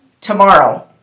tomorrow